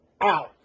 out